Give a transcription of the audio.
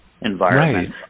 environment